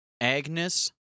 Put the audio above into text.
Agnes